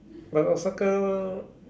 but for soccer